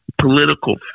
political